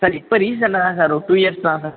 sir இப்போ ரீசெண்ட்டாக தான் சார் ஒரு டூ இயர்ஸ் தான் சார்